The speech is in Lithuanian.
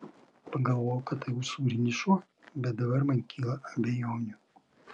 pagalvojau kad tai usūrinis šuo bet dabar man kyla abejonių